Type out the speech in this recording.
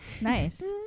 Nice